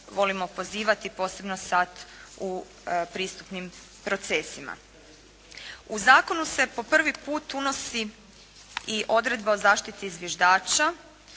volimo pozivati posebno sad u pristupnim procesima. U zakonu se po prvi put unosi i odredba o zaštiti “zviždača“